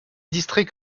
distrait